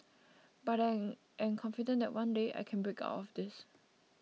but I am confident that one day I can break out of this